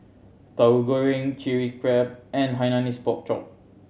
Tahu Goreng Chilli Crab and Hainanese Pork Chop